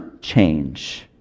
change